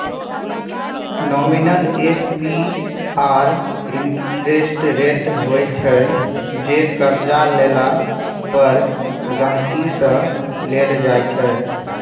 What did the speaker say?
nominal APR interest rate होइ छै जे करजा लेला पर गांहिकी सँ लेल जाइ छै